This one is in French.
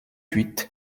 huit